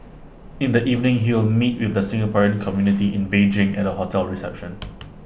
in the evening he will meet with the Singaporean community in Beijing at A hotel reception